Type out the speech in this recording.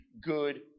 good